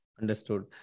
Understood